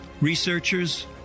Researchers